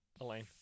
Elaine